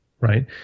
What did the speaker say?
Right